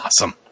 awesome